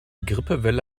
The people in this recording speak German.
grippewelle